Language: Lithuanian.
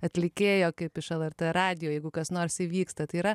atlikėjo kaip iš lrt radijo jeigu kas nors įvyksta tai yra